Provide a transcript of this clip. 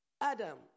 Adam